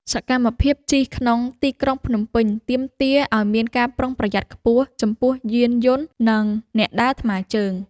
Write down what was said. សកម្មភាពជិះក្នុងទីក្រុងភ្នំពេញ ទាមទារឱ្យមានការប្រុងប្រយ័ត្នខ្ពស់ចំពោះយានយន្ត និងអ្នកដើរថ្មើរជើង។